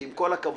כי עם כל הכבוד,